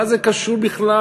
מה זה קשור בכלל?